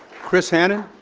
chris hannan.